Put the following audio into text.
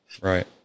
Right